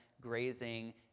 grazing